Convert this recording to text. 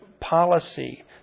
policy